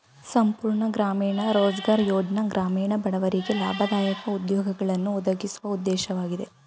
ಸಂಪೂರ್ಣ ಗ್ರಾಮೀಣ ರೋಜ್ಗಾರ್ ಯೋಜ್ನ ಗ್ರಾಮೀಣ ಬಡವರಿಗೆ ಲಾಭದಾಯಕ ಉದ್ಯೋಗಗಳನ್ನು ಒದಗಿಸುವ ಉದ್ದೇಶವಾಗಿದೆ